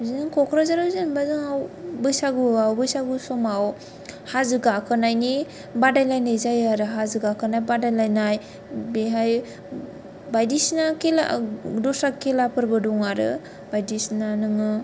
बिदिनो कक्राझाराव जेनेबा जोंनाव बैसागुवाव बैसागु समाव हाजो गाखोनायनि बादायलायनाय जायो आरो हाजो गाखोनाय बादायलायनाय बेहाय बायदिसना खेला दस्रा खेलाफोरबो दङ आरो बायदिसना नोङो